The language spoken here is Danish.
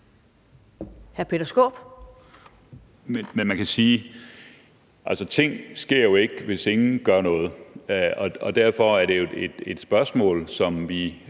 Men man kan sige, at ting jo ikke sker, hvis ingen gør noget. Og derfor er det jo et spørgsmål, som vi